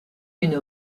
une